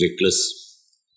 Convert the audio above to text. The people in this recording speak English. reckless